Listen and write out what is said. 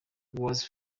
was